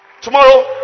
Tomorrow